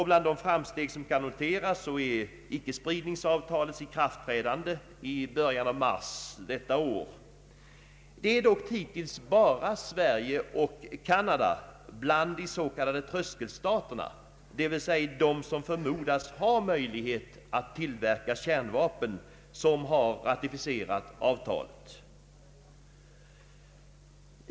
Bland de framsteg som kan noteras är ickespridningsavtalets ikraftträdande i början av mars detta år. Det är hittills bara Sverige och Canada bland de s.k. tröskelstaterna, d.v.s. de som förmodas ha möjlighet att tillverka kärnvapen, som har ratificerat avtalet.